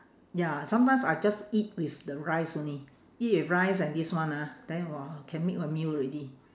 ya sometimes I just eat with the rice only eat with rice and this one ah then !wah! can make a meal already